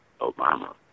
Obama